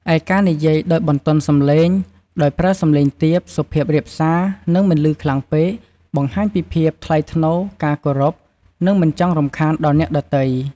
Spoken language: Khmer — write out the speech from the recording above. ឯការនិយាយដោយបន្ទន់សំឡេង ដោយប្រើសំឡេងទាប សុភាពរាបសារ និងមិនឮខ្លាំងពេក បង្ហាញពីភាពថ្លៃថ្នូរ ការគោរព និងមិនចង់រំខានដល់អ្នកដទៃ។